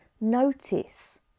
notice